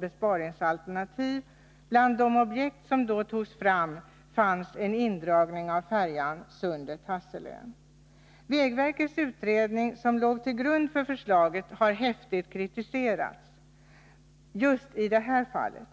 besparingsalternativ. Bland de objekt som då togs fram fanns en indragning av färjan Sundet-Hasselön. Vägverkets utredning som låg till grund för förslaget har häftigt kritiserats just i det här fallet.